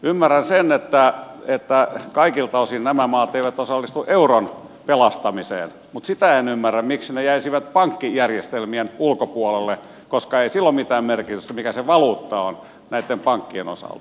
ymmärrän sen että kaikilta osin nämä maat eivät osallistu euron pelastamiseen mutta sitä en ymmärrä miksi ne jäisivät pankkijärjestelmien ulkopuolelle koska ei sillä ole mitään merkitystä näitten pankkien osalta mikä se valuutta on